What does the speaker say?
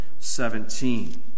17